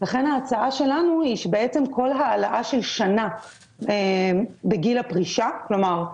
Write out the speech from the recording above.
לכן ההצעה שלנו היא שבעצם כל העלאה של שנה בגיל הפרישה כלומר,